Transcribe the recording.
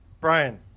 brian